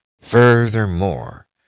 Furthermore